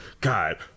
God